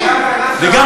אני מקשיב.